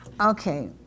Okay